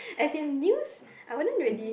as in news I wouldn't really